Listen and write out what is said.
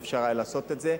אפשר היה לעשות את זה.